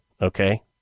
okay